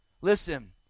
listen